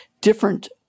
different